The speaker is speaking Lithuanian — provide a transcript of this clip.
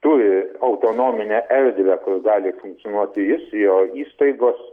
turi autonominę erdvę kur gali funkcionuoti jis jo įstaigos